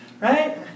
right